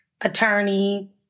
attorney